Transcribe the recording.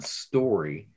story